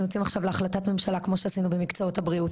אנחנו יוצאים עכשיו להחלטת ממשלה כמו שעשינו במקצועות הבריאות,